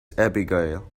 abigail